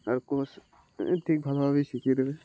আর coach ঠিক ভালোভাবেই শিখিয়ে দেবে